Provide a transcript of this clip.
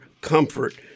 comfort